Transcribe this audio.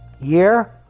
year